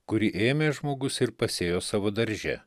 kurį ėmė žmogus ir pasėjo savo darže